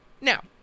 Now